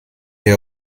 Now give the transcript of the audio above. hier